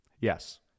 Yes